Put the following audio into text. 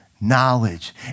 knowledge